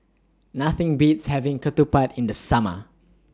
Nothing Beats having Ketupat in The Summer